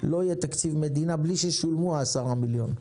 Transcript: בלי שישולמו 10 מיליון.